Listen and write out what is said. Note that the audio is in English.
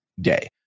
day